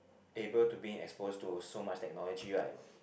able to being exposed to so much technology right